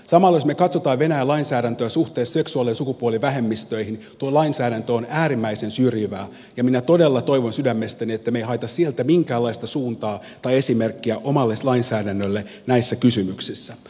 samalla jos me katsomme venäjän lainsäädäntöä suhteessa seksuaali ja sukupuolivähemmistöihin tuo lainsäädäntö on äärimmäisen syrjivää ja minä todella toivon sydämestäni että me emme hae sieltä minkäänlaista suuntaa tai esimerkkiä omalle lainsäädännöllemme näissä kysymyksissä